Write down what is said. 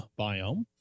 biome